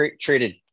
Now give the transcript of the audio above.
treated